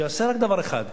שיעשה רק דבר אחד,